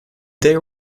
they